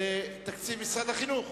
לתקציב משרד החינוך.